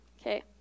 okay